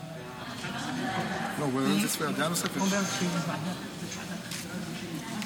למצוא לנו שותפים במאבק העיקש שלנו